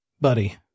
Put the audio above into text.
Buddy